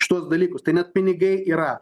šituos dalykus tai net pinigai yra